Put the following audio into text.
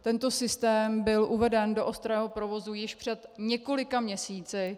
Tento systém byl uveden do ostrého provozu již před několika měsíci.